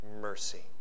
mercy